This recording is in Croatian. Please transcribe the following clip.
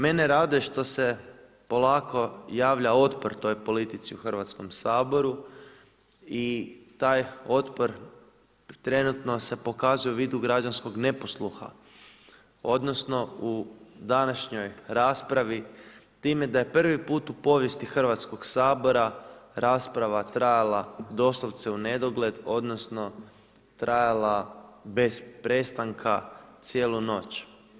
Mene raduje što se polako javlja otpor toj politici u Hrvatskom saboru i taj otpor trenutno se pokazuje u vidu građanskog neposluha, odnosno u današnjoj raspravi time da je prvi put povijesti Hrvatskog sabora rasprava trajala doslovce unedogled, odnosno trajala bez prestanka cijelu noć.